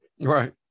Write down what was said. Right